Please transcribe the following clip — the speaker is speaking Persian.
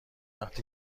وقتی